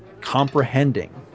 comprehending